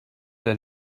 der